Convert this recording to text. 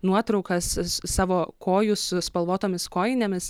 nuotraukas savo kojų su spalvotomis kojinėmis